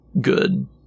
good